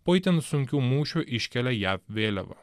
po itin sunkių mūšių iškelia jav vėliavą